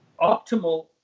optimal